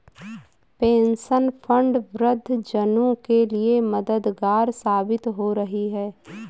pension fund वृद्ध जनों के लिए मददगार साबित हो रही है